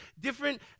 different